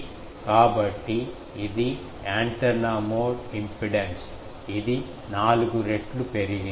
కాబట్టి ఇది antenna mode impedance ఇది నాలుగు రెట్లు పెరిగింది